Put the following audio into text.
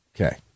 Okay